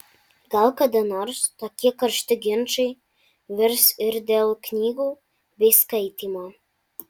gal kada nors tokie karšti ginčai virs ir dėl knygų bei skaitymo